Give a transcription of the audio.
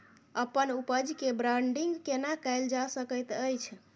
अप्पन उपज केँ ब्रांडिंग केना कैल जा सकैत अछि?